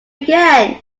again